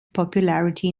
popularity